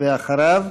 ואחריו,